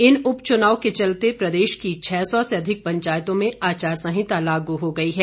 इन उपचुनाव के चलते प्रदेश की छः सौ से अधिक पंचायतों में आचार सहिंता लागू हो गई है